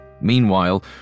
Meanwhile